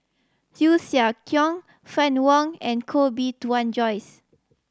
Hsu Tse Kwang Fann Wong and Koh Bee Tuan Joyce